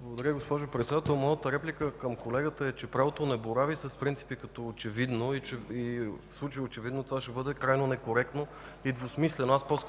Благодаря, госпожо Председател. Моята реплика към колегата е, че правото не борави с принципи като „очевидно”. В случая „очевидно” ще бъде крайно некоректно и двусмислено. ПРЕДСЕДАТЕЛ ЦЕЦКА